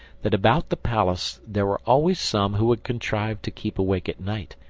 that about the palace there were always some who would contrive to keep awake at night,